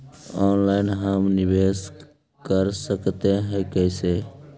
Online हम निवेश कर सकते है, कैसे?